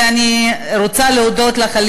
ואני רוצה להודות לך,